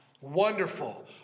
Wonderful